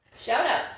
Shoutouts